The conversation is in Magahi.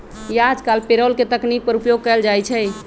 याजकाल पेरोल के तकनीक पर उपयोग कएल जाइ छइ